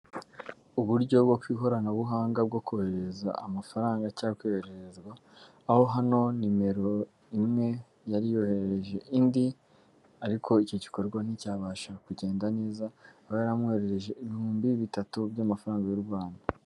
Uburyo bwo ku ikoranabuhanga bwo kohererereza amafaranga cyangwa kohererezwa, aho hano nimero imwe yari yoherereje indi ariko icyo gikorwa nticyabasha kugenda neza, aho yaramwoheherereje ibihumbi bitatu by'amafaranga y'u Rwanda.